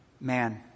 man